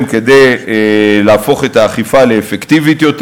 כדי להפוך את האכיפה לאפקטיבית יותר,